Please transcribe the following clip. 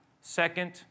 second